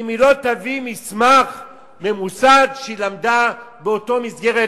אם היא לא תביא מסמך ממוסד שהיא למדה באותה מסגרת